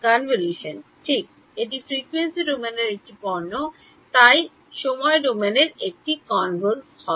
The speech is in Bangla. কনভোলিউশন ঠিক এটি ফ্রিকোয়েন্সি ডোমেনের একটি পণ্য তাই সময় ডোমেনে এটি কনভোলজ হয়